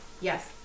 yes